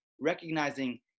recognizing